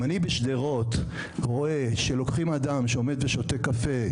אם אני בשדרות רואה שלוקחים אדם שעומד ושותה קפה,